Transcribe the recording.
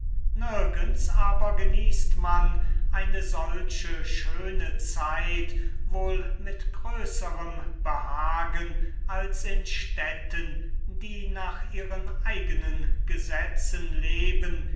nirgends aber genießt man eine solche schöne zeit wohl mit größerem behagen als in städten die nach ihren eigenen gesetzen leben